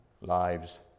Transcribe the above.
lives